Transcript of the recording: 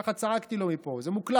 ככה צעקתי לו מפה, זה מוקלט.